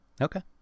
Okay